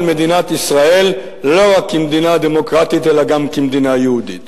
מדינת ישראל לא רק כמדינה דמוקרטית אלא גם כמדינה יהודית.